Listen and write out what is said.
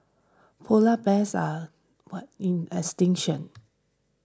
Polar Bears are what in extinction